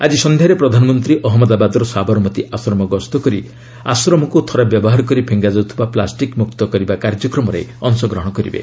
ଆଜି ସନ୍ଧ୍ୟାରେ ପ୍ରଧାନମନ୍ତ୍ରୀ ଅହଜ୍ଞଦାବାଦର ସାବରମତି ଆଶ୍ରମ ଗ୍ରସ୍ତ କରି' ଆଶ୍ରମକୁ' ଥରେ ବ୍ୟବହାର କରି ଫିଙ୍ଗାଯାଉଥିବା ପ୍ଲାଷ୍ଟିକ୍ମୁକ୍ତ କରିବା କାର୍ଯ୍ୟକ୍ରମରେ ଅଂଶଗ୍ରହଣ କରିବେ